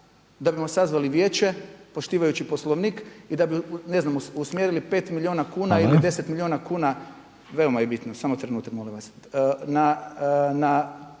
da bismo sazvali vijeće poštivajući Poslovnik i da bi ne znam usmjerili 5 milijuna kuna ili 10 milijuna kuna veoma je bitno. …/Upadica Reiner: Hvala./…